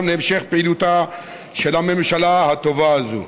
להמשך פעילותה של הממשלה הטובה הזאת.